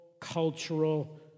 cultural